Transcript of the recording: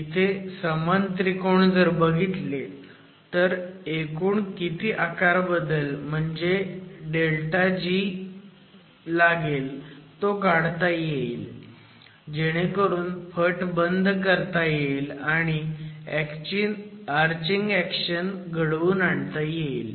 इथे समान त्रिकोण जर बघितले तर एकूण किती आकारबदल म्हणजे g लागेल ते काढता येईल जेणेकरून फट बंद करता येईल आणि आर्चिंग ऍक्शन घडवून आणता येईल